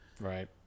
Right